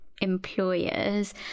employers